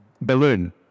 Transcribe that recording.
balloon